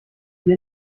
die